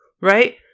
Right